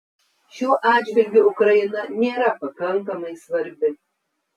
šiuo atžvilgiu ukraina nėra pakankamai svarbi